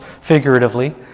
figuratively